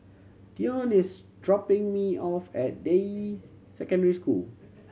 Dionne is dropping me off at Deyi Secondary School